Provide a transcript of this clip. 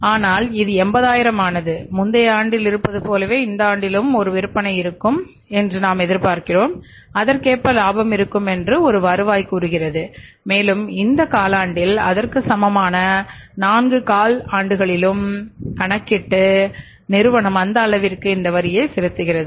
ஆனால் அது 80000 ஆனது முந்தைய ஆண்டில் இருப்பது போலவே இந்த ஆண்டிலும் ஒரு விற்பனை இருக்கும் என்று நாம் எதிர்பார்க்கிறோம் அதற்கேற்ப லாபம் இருக்கும் என்று ஒரு வருவாய் கூறுகிறது மேலும் இந்த காலாண்டில் அதற்கு சமமான நான்கு கால் ஆண்டுகளிலும் கணக்கிட்டு நிறுவனம் அந்த அளவிற்கு இந்த வரியை செலுத்துகிறது